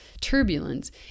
turbulence